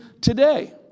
today